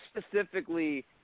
specifically